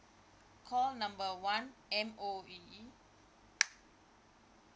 call number one M_O_E